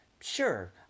Sure